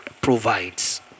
provides